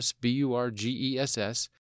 B-U-R-G-E-S-S